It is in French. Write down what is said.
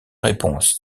réponse